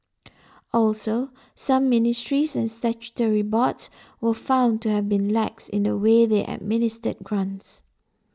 also some ministries and statutory boards were found to have been lax in the way they administered grants